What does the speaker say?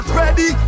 ready